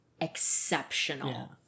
exceptional